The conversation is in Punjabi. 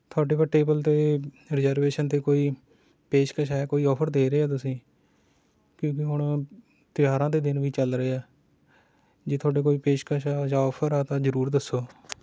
ਤੁਹਾਡੇ ਕੋਲ ਟੇਬਲ 'ਤੇ ਰੀਜ਼ਰਵੇਸ਼ਨ 'ਤੇ ਕੋਈ ਪੇਸ਼ਕਸ ਹੈ ਕੋਈ ਔਫਰ ਦੇ ਰਹੇ ਹੋ ਤੁਸੀਂ ਕਿਉਂਕਿ ਹੁਣ ਤਿਉਹਾਰਾਂ ਦੇ ਦਿਨ ਵੀ ਚੱਲ ਰਹੇ ਹੈ ਜੇ ਤੁਹਾਡੇ ਕੋਈ ਪੇਸ਼ਕਸ਼ ਹੈ ਜਾਂ ਔਫਰ ਹੈ ਤਾਂ ਜ਼ਰੂਰ ਦੱਸੋ